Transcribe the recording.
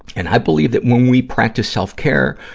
and i believe that when we practice self-care,